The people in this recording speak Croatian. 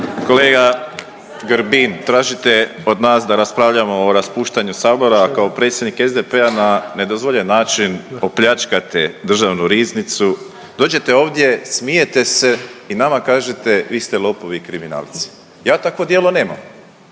Kolega Grbin, tražite od nas da raspravljamo o raspuštanju sabora, a kao predsjednik SDP-a na nedozvoljen način opljačkate državnu riznicu, dođete ovdje, smijte se i nama kažete vi ste lopovi i kriminalci. Ja takvo djelo nemam,